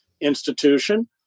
institution